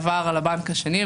עבר לבנק השני,